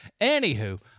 Anywho